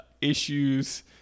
issues